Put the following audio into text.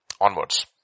onwards